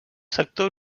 sector